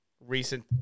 recent